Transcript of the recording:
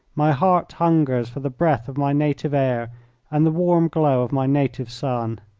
my heart hungers for the breath of my native air and the warm glow of my native sun.